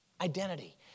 identity